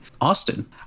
Austin